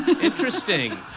Interesting